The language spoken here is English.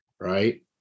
Right